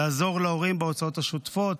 לעזור להורים בהוצאות השוטפות.